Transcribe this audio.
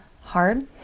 hard